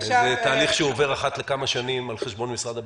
זה תהליך שהוא עובר אחת לכמה שנים על חשבון משרד הביטחון.